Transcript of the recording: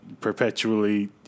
perpetually